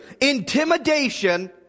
intimidation